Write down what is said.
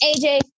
AJ